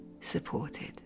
supported